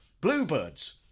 bluebirds